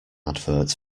advert